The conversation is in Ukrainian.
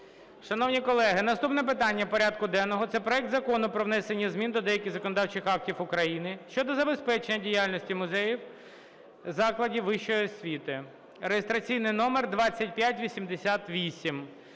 Шановні колеги, наступне питання порядку денного – це проект Закону про внесення змін до деяких законодавчих актів України щодо забезпечення діяльності музеїв закладів вищої освіти (реєстраційний номер 2588).